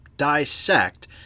dissect